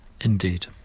Indeed